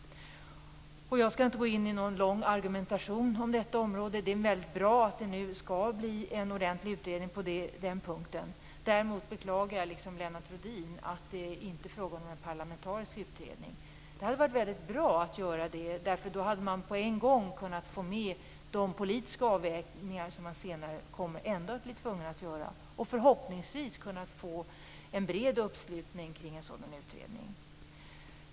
Jag skall inte gå in på någon lång diskussion om detta. Det är bra att det nu skall göras en ordentlig utredning på den punkten. Däremot beklagar jag - liksom Lennart Rohdin gjorde - att det inte är fråga om någon parlamentarisk utredning. Det hade varit väldigt bra med en sådan. Då hade man kunnat få med de politiska avvägningar som man senare ändå kommer att bli tvungen att göra. Förhoppningsvis hade man också kunnat nå en bred uppslutning kring en sådan utredning.